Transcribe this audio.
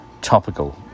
Topical